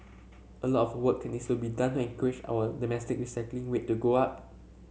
a lot of work needs to be done to encourage our domestic recycling rate to go up